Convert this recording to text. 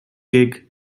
gig